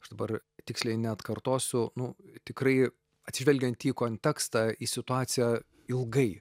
aš dabar tiksliai neatkartosiu nu tikrai atsižvelgiant į kontekstą į situaciją ilgai